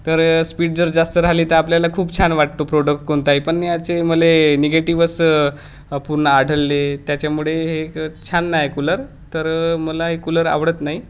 तर स्पीड जर जास्त राहली तर आपल्याला खूप छान वाटतो प्रोडक्ट कोणताही पण याचे मले निगेटिव्हच पूर्ण आढळले त्याच्यामुळे हे छान नाही कूलर तर मला हे कूलर आवडत नाही